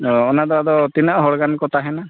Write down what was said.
ᱚᱻ ᱚᱱᱟ ᱫᱚ ᱟᱫᱚ ᱛᱤᱱᱟᱹᱜ ᱦᱚᱲ ᱜᱟᱱ ᱠᱚ ᱛᱟᱦᱮᱱᱟ